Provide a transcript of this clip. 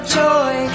joy